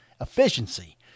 efficiency